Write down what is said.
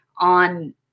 on